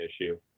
issue